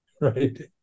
right